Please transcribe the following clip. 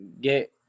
get